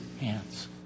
hands